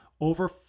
over